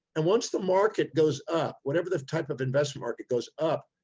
and once the market goes up, whatever, the type of investment market goes up